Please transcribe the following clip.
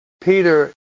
Peter